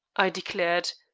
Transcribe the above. i declared,